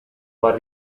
for